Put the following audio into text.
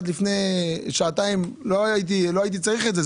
עד לפני שעתיים לא הייתי צריך את זה,